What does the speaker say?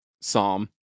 psalm